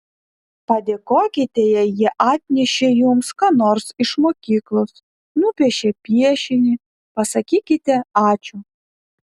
padėkokite jei jie atnešė jums ką nors iš mokyklos nupiešė piešinį pasakykite ačiū